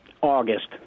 August